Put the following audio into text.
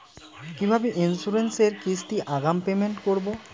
কিভাবে ইন্সুরেন্স এর কিস্তি আগাম পেমেন্ট করবো?